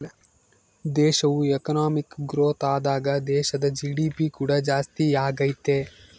ದೇಶವು economic growth ಆದಾಗ ದೇಶದ ಜಿ.ಡಿ.ಪಿ ಕೂಡ ಜಾಸ್ತಿಯಾಗತೈತೆ